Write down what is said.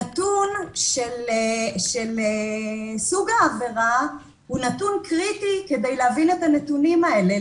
הנתון של סוג העבירה הוא נתון קריטי כדי להבין את הנתונים האלה